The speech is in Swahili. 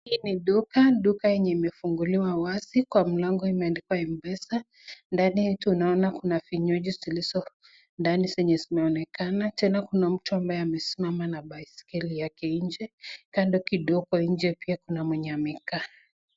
Hii ni duka. Duka yenye imefunguliwa wazi kwa mlango kumeandikwa MPESA. Ndani tunaona kuna vinywaji zilizo ndani zenye zinaonekana, tena kuna mtu ambaye amesimama na baiskeli yake nje kando kidogo nje pia kuna mwenye amekaa.